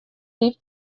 лифт